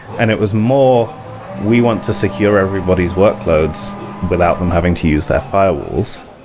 and it was more we want to secure everybody's workloads without them having to use their firewalls.